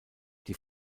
die